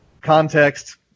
context